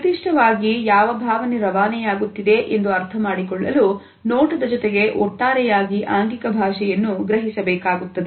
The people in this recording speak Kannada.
ನಿರ್ದಿಷ್ಟವಾಗಿ ಯಾವ ಭಾವನೆ ರವಾನೆಯಾಗುತ್ತಿದೆ ಎಂದು ಅರ್ಥಮಾಡಿಕೊಳ್ಳಲು ನೋಟದ ಜೊತೆಗೆ ಒಟ್ಟಾರೆಯಾಗಿ ಆಂಗಿಕ ಭಾಷೆಯನ್ನು ಗ್ರಹಿಸಬೇಕಾಗುತ್ತದೆ